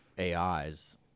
AIs